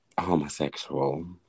homosexual